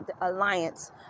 Alliance